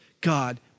God